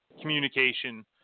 communication